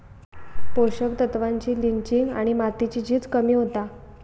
पोषक तत्त्वांची लिंचिंग आणि मातीची झीज कमी होता